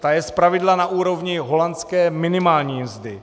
Ta je zpravidla na úrovni holandské minimální mzdy.